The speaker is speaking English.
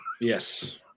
Yes